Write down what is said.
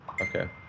okay